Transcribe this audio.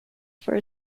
for